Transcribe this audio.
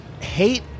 hate